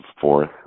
fourth